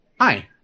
Hi